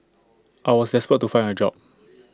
I was desperate to find A job